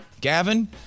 Gavin